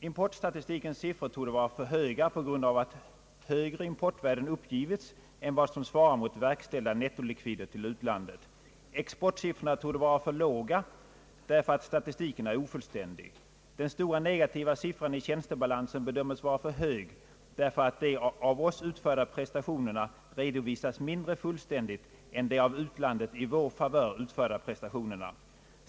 Importstatistikens siffror torde vara för höga på grund av att högre importvärden uppgivits än vad som svarar mot verkställda nettolikvider till utlandet. Exportsiffrorna torde vara för låga, därför att statistiken är ofullständig. Den stora negativa siffran i tjänstebalansen bedömes vara för hög, därför att de av oss utförda prestationerna redovisas mindre fullständigt än de av utlandet i vår favör utförda prestationerna.